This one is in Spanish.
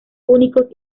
únicos